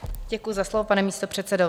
Děkuji za slovo, pane místopředsedo.